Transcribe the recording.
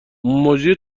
مجری